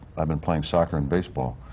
i've been playing soccer and baseball.